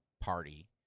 party